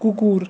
কুকুর